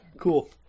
Cool